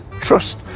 trust